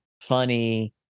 funny